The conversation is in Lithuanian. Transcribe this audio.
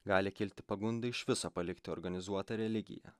gali kilti pagunda iš viso palikti organizuotą religiją